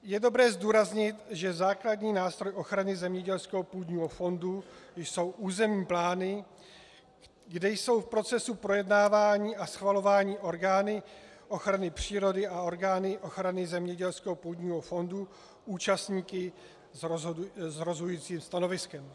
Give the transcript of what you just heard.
Je dobré zdůraznit, že základní nástroj ochrany zemědělského půdního fondu jsou územní plány, kde jsou v procesu projednávání a schvalování orgány ochrany přírody a orgány ochrany zemědělského půdního fondu účastníky s rozhodujícím stanoviskem.